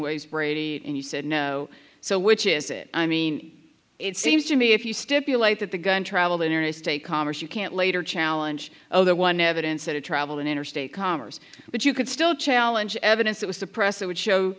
ways brady and you said no so which is it i mean it seems to me if you stipulate that the gun traveled interstate commerce you can't later challenge other one evidence that it traveled in interstate commerce but you could still challenge evidence that was suppressed that would show